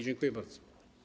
Dziękuję bardzo.